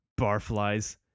Barflies